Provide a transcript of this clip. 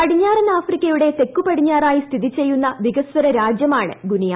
പടിഞ്ഞാറൻ ആഫ്രിക്കയുടെ തെക്കുപടിഞ്ഞാറായി സ്ഥിതി ചെയ്യുന്ന വികസ്വര രാജ്യമാണ് ഗുനിയ